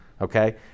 Okay